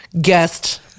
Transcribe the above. guest